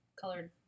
colored